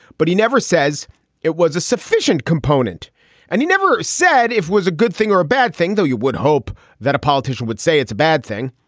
but he never says it was a sufficient component and he never said it was a good thing or a bad thing, though you would hope that a politician would say it's a bad thing.